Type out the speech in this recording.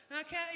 Okay